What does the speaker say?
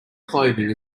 clothing